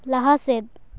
ᱞᱟᱦᱟᱥᱮᱫ